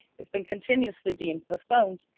it's been continuously being postponed,